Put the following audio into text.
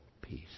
peace